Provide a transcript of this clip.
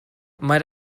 might